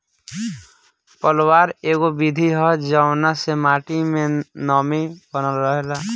पलवार एगो विधि ह जवना से माटी मे नमी बनल रहेला